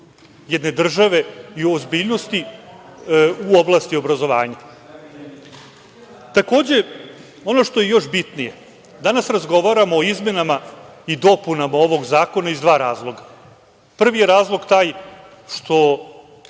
jedne države i o ozbiljnosti u oblasti obrazovanja. Takođe, ono što je još bitnije, danas razgovaramo o izmenama i dopunama ovog zakona iz dva razloga. Prvi je razlog, taj što